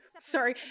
Sorry